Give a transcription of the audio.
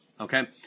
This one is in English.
Okay